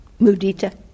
Mudita